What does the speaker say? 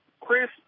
Chris